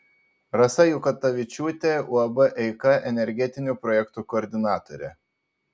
rasa jakutavičiūtė uab eika energetinių projektų koordinatorė